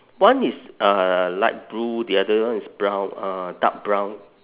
one is uh light blue the other one is brown uh dark brown